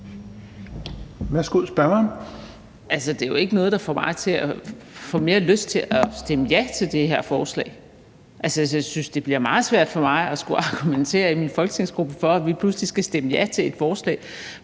Det er jo ikke noget, der får mig til at få mere lyst til at stemme ja til det her forslag. Jeg synes, det bliver meget svært for mig at skulle argumentere i min folketingsgruppe for, at vi pludselig skal stemme ja til et forslag,